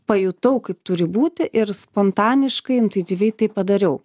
pajutau kaip turi būti ir spontaniškai intuityviai tai padariau